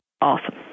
Awesome